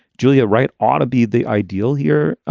julia. right. ought to be the ideal here.